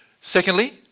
Secondly